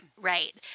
right